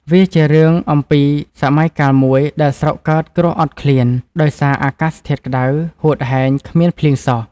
វាជារឿង អំពីសម័យកាលមួយដែលស្រុកកើតគ្រោះអត់ឃ្លានដោយសារអាកាសធាតុក្តៅ ហូតហែងគ្មានភ្លៀងសោះ ។